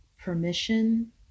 permission